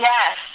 Yes